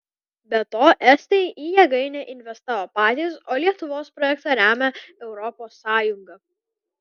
be to estai į jėgainę investavo patys o lietuvos projektą remia europos sąjunga